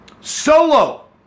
Solo